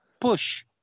push